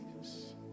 Jesus